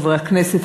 חברי הכנסת,